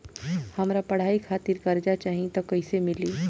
हमरा पढ़ाई खातिर कर्जा चाही त कैसे मिली?